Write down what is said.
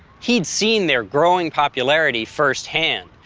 he'd seen their growing popularity first-hand,